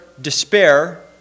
despair